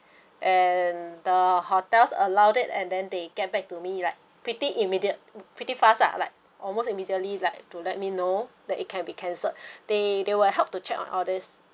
and the hotels allowed it and then they get back to me like pretty immediate pretty fast lah like almost immediately like to let me know that it can be cancelled they they will help to check my orders